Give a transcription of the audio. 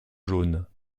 jaunes